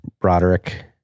Broderick